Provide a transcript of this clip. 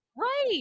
right